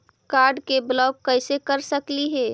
Card के block कैसे कर सकली हे?